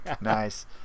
Nice